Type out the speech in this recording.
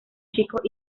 chicos